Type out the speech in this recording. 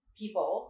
people